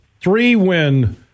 three-win